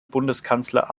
bundeskanzler